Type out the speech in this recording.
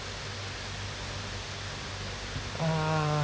ah